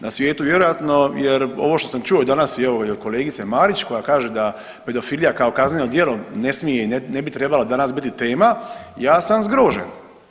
Na svijetu vjerojatno jer ovo što sam čuo danas evo i od kolegice Marić koja kaže da pedofilija kao kazneno djelo ne smije i ne bi trebala danas biti tema, ja sam zgrožen.